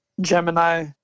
Gemini